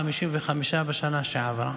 55 בשנה שעברה.